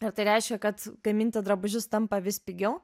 ir tai reiškia kad gaminti drabužius tampa vis pigiau